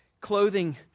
clothing